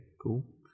cool